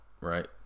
right